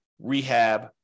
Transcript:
rehab